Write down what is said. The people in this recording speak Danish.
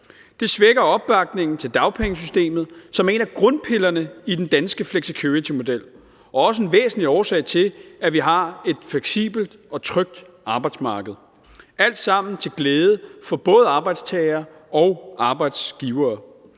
Det svækker opbakningen til dagpengesystemet, som er en af grundpillerne i den danske flexicuritymodel og også en væsentlig årsag til, at vi har et fleksibelt og trygt arbejdsmarkedet – alt sammen til glæde for både arbejdstagere og arbejdsgivere.